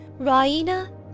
Raina